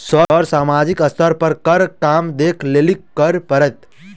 Sir सामाजिक स्तर पर बर काम देख लैलकी करऽ परतै?